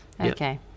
okay